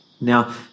Now